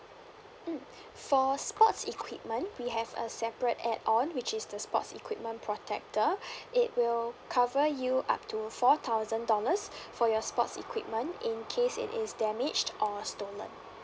mm for sports equipment we have a separate add on which is the sports equipment protector it will cover you up to four thousand dollars for your sports equipment in case it is damaged or stolen